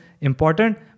important